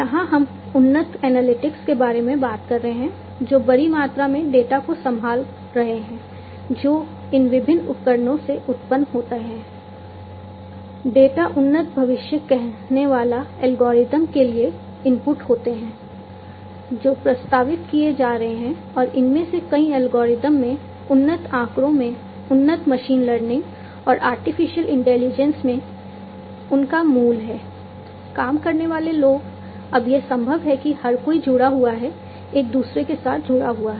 यहां हम उन्नत एनालिटिक्स के बारे में बात कर रहे हैं जो बड़ी मात्रा में डेटा को संभाल रहे हैं जो इन विभिन्न उपकरणों से उत्पन्न होते हैं डेटा उन्नत भविष्य कहनेवाला एल्गोरिदम के लिए इनपुट होते हैं जो प्रस्तावित किए जा रहे हैं और इनमें से कई एल्गोरिदम में उन्नत आंकड़ों में उन्नत मशीन लर्निंग और आर्टिफिशियल इंटेलिजेंस में उनका मूल है काम करने वाले लोग अब यह संभव है कि हर कोई जुड़ा हुआ है एक दूसरे के साथ जुड़ा हुआ है